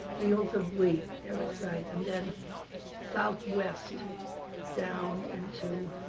fields of wheat, every side. and then southwest down into